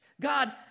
God